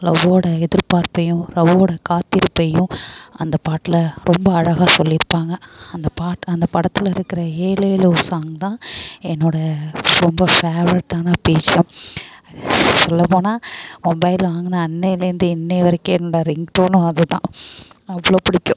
லவ்வோட எதிர்பார்ப்பையும் லவ்வோட காத்திருப்பையும் அந்த பாட்டில் ரொம்ப அழகாக சொல்லியிருப்பாங்க அந்த பாட் அந்த படத்தில் இருக்கிற ஏலேலோ சாங்தான் என்னோடய ரொம்ப ஃபேவரெட்டான பேஜ்ஜும் சொல்லப் போனால் மொபைல் வாங்கின அன்னைலேருந்து இன்னே வரைக்கும் என்னோட ரிங்டோனும் அதுதான் அவ்வளோ பிடிக்கும்